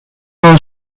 non